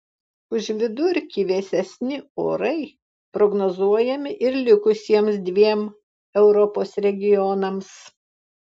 už vidurkį vėsesni orai prognozuojami ir likusiems dviem europos regionams